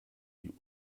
die